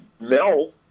Mel